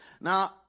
now